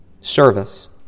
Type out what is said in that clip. Service